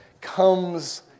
comes